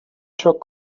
çok